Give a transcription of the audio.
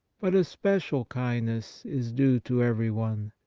but a special kindness is due to everyone.